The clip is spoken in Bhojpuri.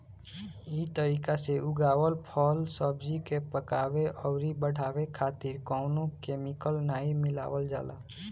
इ तरीका से उगावल फल, सब्जी के पकावे अउरी बढ़ावे खातिर कवनो केमिकल नाइ मिलावल जाला